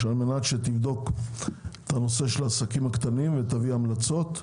על מנת שתבדוק את נושא העסקים הקטנים ותביא המלצות.